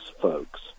folks